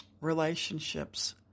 relationships